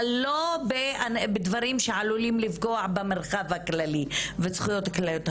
אבל לא בדברים שעלולים לפגוע במרחב הכללי ובזכויות כלליות.